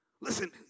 Listen